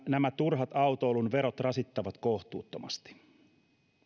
nämä turhat autoilun verot rasittavat kohtuuttomasti